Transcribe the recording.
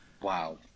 Wow